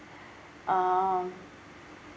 um